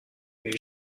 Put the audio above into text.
mais